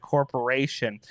Corporation